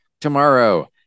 tomorrow